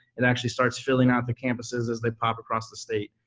it actually starts filling out the campuses as they pop across the state.